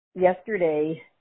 yesterday